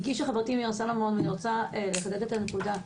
הדגישה חברתי מירה סלומון ואני רוצה לחדד את הנקודה,